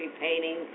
painting